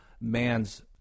man's